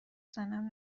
سنم